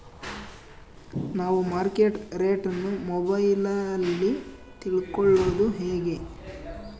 ನಾವು market rate ಅನ್ನು ಮೊಬೈಲಲ್ಲಿ ತಿಳ್ಕಳೋದು ಹೇಗೆ?